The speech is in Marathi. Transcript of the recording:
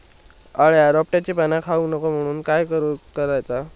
अळ्या रोपट्यांची पाना खाऊक नको म्हणून काय करायचा?